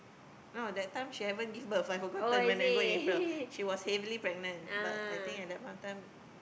no that time she haven't give birth I forgotten when I go April she was heavily pregnant but I think at that point of time